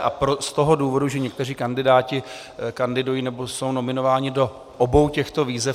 Z toho důvodu, že někteří kandidáti kandidují, nebo jsou nominováni, do obou těchto výzev.